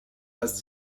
das